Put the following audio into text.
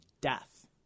death